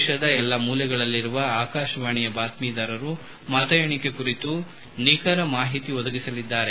ದೇಶದ ಎಲ್ಲ ಮೂಲೆಗಳಲ್ಲಿರುವ ಆಕಾಶವಾಣಿಯ ಬಾತ್ತೀದಾರರು ಮತಎಣಿಕೆ ಕುರಿತು ನಿಖರ ಮಾಹಿತಿ ಒದಗಿಸಲಿದ್ದಾರೆ